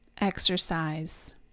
exercise